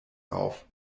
auf